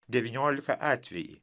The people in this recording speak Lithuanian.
devyniolika atvejai